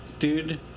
dude